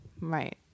Right